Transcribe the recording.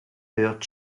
hört